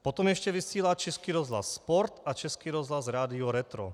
Potom ještě vysílá Český rozhlas Sport a Český rozhlas Rádio Retro.